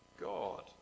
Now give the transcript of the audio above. God